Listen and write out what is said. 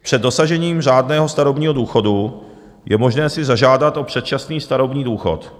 Před dosažením řádného starobního důchodu je možné si zažádat o předčasný starobní důchod.